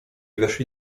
weszli